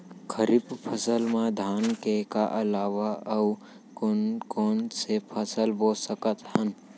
खरीफ फसल मा धान के अलावा अऊ कोन कोन से फसल बो सकत हन?